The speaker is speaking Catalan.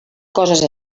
coses